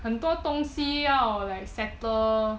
很多东西要 like settle